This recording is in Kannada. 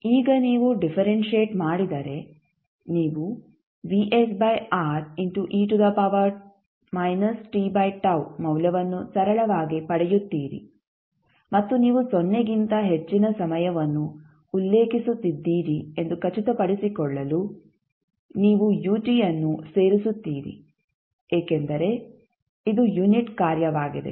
ಈಗ ನೀವು ಡಿಫರೆಂಶಿಯೆಟ್ ಮಾಡಿದರೆ ನೀವು ಮೌಲ್ಯವನ್ನು ಸರಳವಾಗಿ ಪಡೆಯುತ್ತೀರಿ ಮತ್ತು ನೀವು ಸೊನ್ನೆಗಿಂತ ಹೆಚ್ಚಿನ ಸಮಯವನ್ನು ಉಲ್ಲೇಖಿಸುತ್ತಿದ್ದೀರಿ ಎಂದು ಖಚಿತಪಡಿಸಿಕೊಳ್ಳಲು ನೀವು u ಅನ್ನು ಸೇರಿಸುತ್ತೀರಿ ಏಕೆಂದರೆ ಇದು ಯುನಿಟ್ ಕಾರ್ಯವಾಗಿದೆ